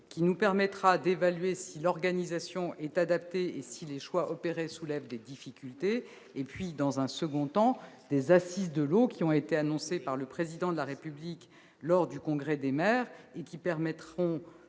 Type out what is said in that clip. nous permettra d'évaluer si l'organisation est adaptée et si les choix opérés soulèvent des difficultés. Ensuite, nous réunirons des assises de l'eau. Annoncées par le Président de la République lors du congrès des maires, elles permettront